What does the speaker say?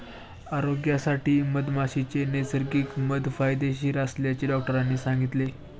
आरोग्यासाठी मधमाशीचे नैसर्गिक मध फायदेशीर असल्याचे डॉक्टरांनी सांगितले